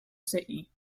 city